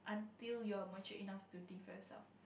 till your mature enough to think first of